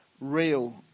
real